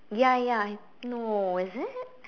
ya ya no is it